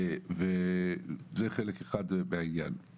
שנית,